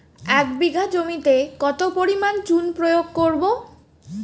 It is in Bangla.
এক বিঘা জমিতে কত পরিমাণ চুন প্রয়োগ করব?